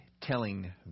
telling